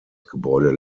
gebäude